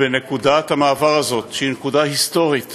בנקודת המעבר הזאת, שהיא נקודה היסטורית